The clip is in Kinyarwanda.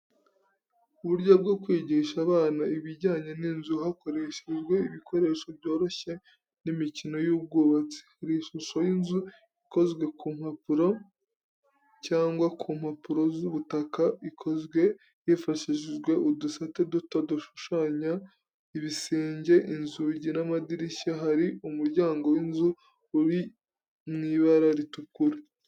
Uburyo bwo kwigisha abana ibijyanye n'inzu hakoreshejwe ibikoresho byoroshye n’imikino y’ubwubatsi. Hari ishusho y’inzu ikozwe ku mpapuro cyangwa ku mpapuro z’umutaka. ikozwe hifashishijwe udusate duto dushushanya ibisenge, inzugi n’amadirishya. hari umuryango w’inzu uri mu ibara ritukura.